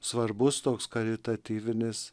svarbus toks karitatyvinis